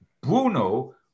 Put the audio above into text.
Bruno